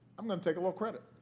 i'm going to take a little credit.